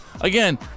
Again